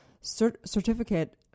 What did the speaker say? certificate